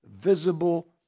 visible